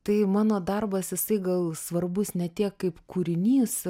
tai mano darbas jisai gal svarbus ne tiek kaip kūrinys